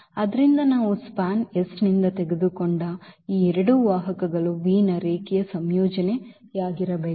ಆದ್ದರಿಂದ ನಾವು SPAN ನಿಂದ ತೆಗೆದುಕೊಂಡ ಈ ಎರಡು ವಾಹಕಗಳು v ನ ರೇಖೀಯ ಸಂಯೋಜನೆಯಾಗಿರಬೇಕು